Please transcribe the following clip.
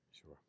Sure